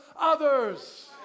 others